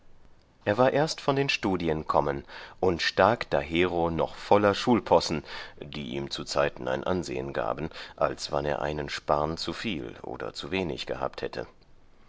er war erst von den studien kommen und stak dahero noch voller schulpossen die ihm zuzeiten ein ansehen gaben als wann er einen sparrn zu viel oder zu wenig gehabt hätte